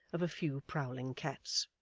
of a few prowling cats.